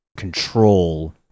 control